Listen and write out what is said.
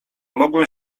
mogłem